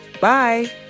Bye